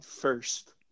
first